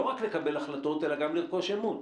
לא רק לקבל החלטות, אלא גם לרכוש אמון.